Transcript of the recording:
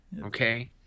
Okay